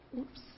Oops